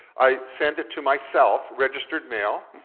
i send it to myself registered mail.